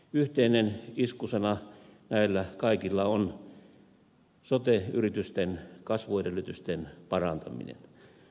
yhteinen iskusana näillä kaikilla on sote yritysten kasvuedellytysten parantaminen